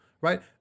right